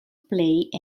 played